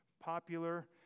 Popular